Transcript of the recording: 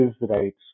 rights